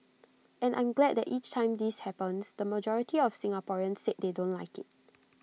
and I'm glad that each time this happens the majority of Singaporeans say they don't like IT